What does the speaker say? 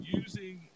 using